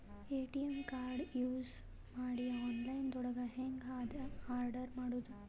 ATM card use ಮಾಡಿ online ದೊಳಗೆ ಹೆಂಗ್ ಆರ್ಡರ್ ಮಾಡುದು?